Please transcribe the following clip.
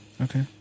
Okay